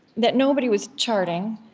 that nobody was charting,